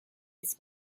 its